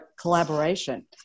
collaboration